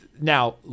Now